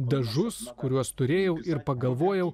dažus kuriuos turėjau ir pagalvojau